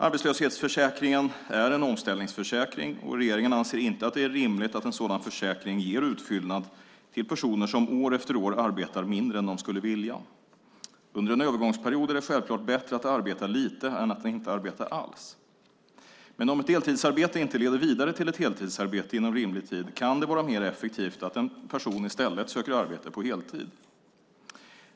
Arbetslöshetsförsäkringen är en omställningsförsäkring, och regeringen anser inte att det är rimligt att en sådan försäkring ger utfyllnad till personer som år efter år arbetar mindre än de skulle vilja. Under en övergångsperiod är det självklart bättre att arbeta lite än att inte arbeta alls. Men om ett deltidsarbete inte leder vidare till ett heltidsarbete inom rimlig tid kan det vara mer effektivt att en person i stället söker arbete på heltid.